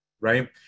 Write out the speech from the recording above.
right